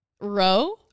row